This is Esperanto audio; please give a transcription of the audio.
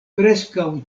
preskaŭ